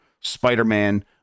Spider-Man